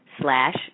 slash